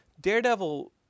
daredevil